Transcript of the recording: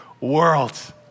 world